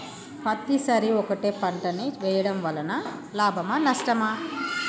పత్తి సరి ఒకటే పంట ని వేయడం వలన లాభమా నష్టమా?